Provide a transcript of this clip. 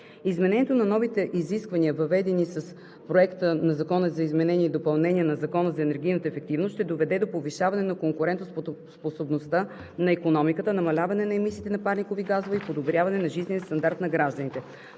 Изпълнението на новите изисквания, въведени с Проекта на закона за изменение и допълнение на Закона за енергийната ефективност, ще доведе до повишаване на конкурентоспособността на икономиката, намаляване на емисиите на парникови газове и подобряване на жизнения стандарт на гражданите.